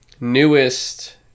newest